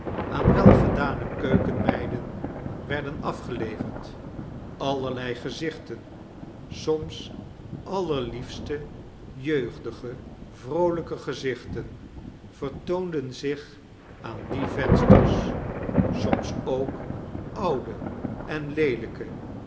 aan welgedane keukenmeiden werden afgeleverd allerlei gezichten soms allerliefste jeugdige vroolijke gezichten vertoonden zich aan die vensters soms ook oude en leelijke